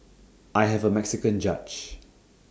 I have A Mexican judge